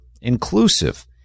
inclusive